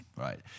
right